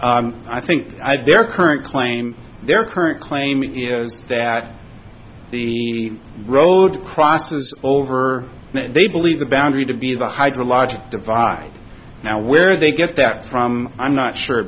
that i think their current claim their current claiming that the road crosses over they believe the boundary to be the hydrologic divide now where they get that from i'm not sure